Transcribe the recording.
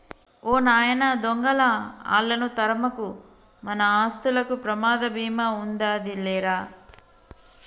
ఓ నాయన దొంగలా ఆళ్ళను తరమకు, మన ఆస్తులకు ప్రమాద భీమా ఉందాది లేరా